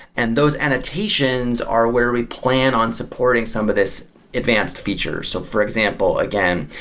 and those annotations are where we plan on supporting some of this advanced feature. so, for example, again,